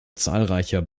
zahlreicher